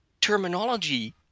terminology